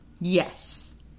Yes